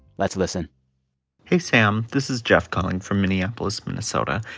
let's listen hey, sam. this is jeff calling from minneapolis, minn. so but